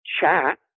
chat